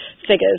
figures